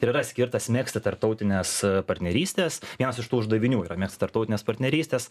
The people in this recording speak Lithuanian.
ir yra skirtas megzti tarptautines partnerystes vienas iš tų uždavinių yra megzti tarptautines partnerystes